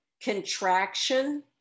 contraction